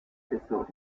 tesoros